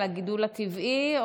על הגידול הטבעי,